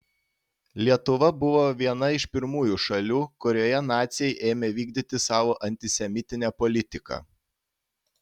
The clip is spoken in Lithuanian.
lietuva buvo viena iš pirmųjų šalių kurioje naciai ėmė vykdyti savo antisemitinę politiką